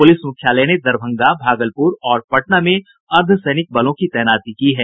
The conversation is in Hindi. पुलिस मुख्यालय ने दरभंगा भागलपुर और पटना में अर्द्वसैनिक बलों की तैनाती की है